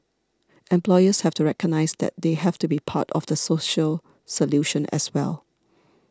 employers have to recognise that they have to be part of the social solution as well